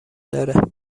داره